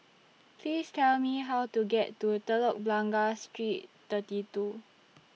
Please Tell Me How to get to Telok Blangah Street thirty two